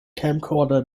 camcorder